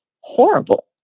horrible